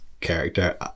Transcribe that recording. character